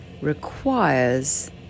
requires